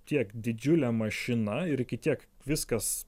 tiek didžiulė mašina ir kiek viskas